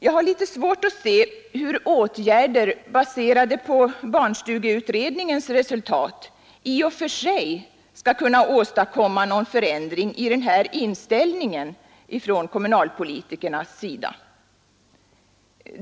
Jag har litet svårt att se hur åtgärder baserade på barnstugeutredningens resultat i och för sig skall kunna åstadkomma någon förändring i denna inställning hos kommunalpolitikerna.